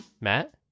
Matt